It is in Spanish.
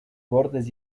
bordes